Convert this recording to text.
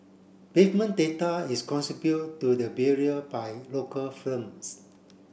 pavement data is contribute to the Bureau by local firms